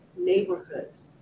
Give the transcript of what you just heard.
neighborhoods